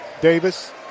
Davis